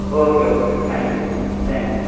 okay okay sir thank you thank you